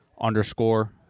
underscore